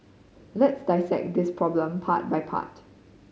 let's dissect this problem part by part